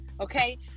Okay